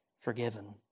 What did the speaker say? forgiven